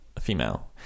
female